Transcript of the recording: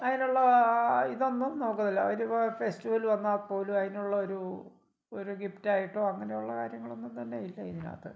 അതിനുള്ള ഇതൊന്നും നോക്കുന്നില്ല അതിന് ഫെസ്റ്റിവൽ വന്നാൽ പോലും അതിനുള്ള ഒരു ഒരു ഗിഫ്റ്റായിട്ടോ അങ്ങനെയുള്ള കാര്യങ്ങളൊന്നും തന്നെ ഇല്ല ഇതിനകത്ത്